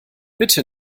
bitte